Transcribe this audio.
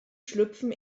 schlüpfen